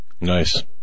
Nice